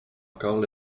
encore